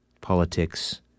politics